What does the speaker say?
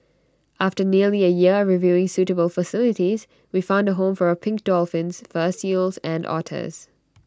after nearly A year reviewing suitable facilities we found A home for our pink dolphins fur seals and otters